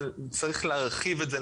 אבל צריך להרחיב את זה.